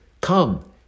Come